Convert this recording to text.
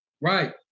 Right